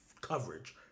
coverage